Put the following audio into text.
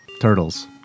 Turtles